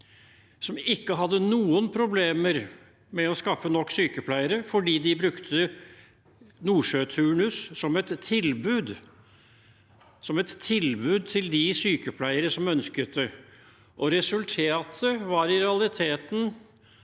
som ikke hadde noen problemer med å skaffe nok sykepleiere, fordi de brukte nordsjøturnus som et tilbud til de sykepleiere som ønsket det. Resultatet var i realiteten